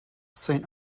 saint